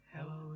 hello